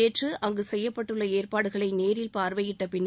நேற்று அங்கு செய்யப்பட்டுள்ள ஏற்பாடுகளை நேரில் பார்வையிட்ட பின்னர்